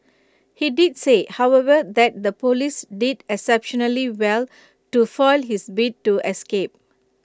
he did say however that the Police did exceptionally well to foil his bid to escape